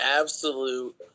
absolute